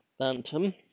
bantam